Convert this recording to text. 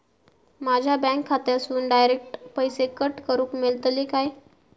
माझ्या बँक खात्यासून डायरेक्ट पैसे कट करूक मेलतले काय?